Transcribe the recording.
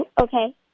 Okay